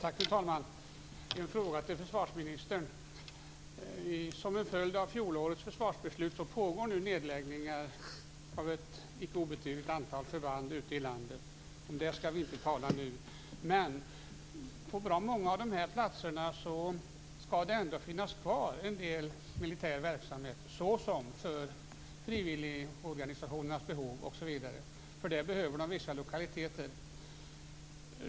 Fru talman! Jag har en fråga till försvarsministern. Som en följd av fjolårets försvarsbeslut pågår nu nedläggningar av ett icke obetydligt antal förband ute i landet. Om det skall vi inte tala nu. På bra många av de platserna skall det ändå finnas kvar en del militär verksamhet för frivilligorganisationernas behov, osv. För den behövs vissa lokaliteter.